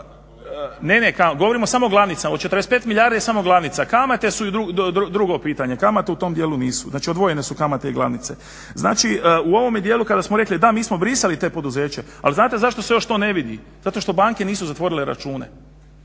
Ne, ne govorimo samo o glavnicama, od 45 milijardi je samo glavnica, kamate su drugo pitanje. Kamate u tom dijelu nisu, znači odvojene su kamate i glavnice. Znači u ovome djelu kada smo rekli da mi smo brisali to poduzeće, ali znate zašto se to još ne vidi, zato što banke nisu zatvorile račune.